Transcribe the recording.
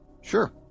Sure